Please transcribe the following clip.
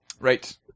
Right